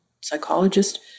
psychologist